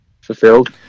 fulfilled